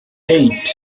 eight